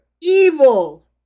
evil